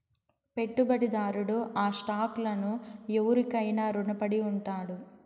పెట్టుబడిదారుడు ఆ స్టాక్ లను ఎవురికైనా రునపడి ఉండాడు